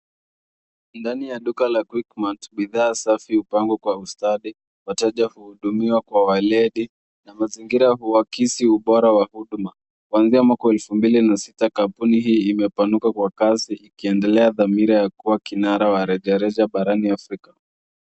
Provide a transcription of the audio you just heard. Ndani ya duka la Quickmart bidhaa safi hupangwa kwa ustadi wateja huudumiwa kwa waledi na mazingira huakisi ubora wa huduma kuanzia mwaka wa elfu mbili na sita kampuni hii imepanuka kwa kasi ikiendelea dhamira ya kuwa kinara wa reja reja barani Afrika.